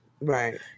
Right